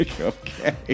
Okay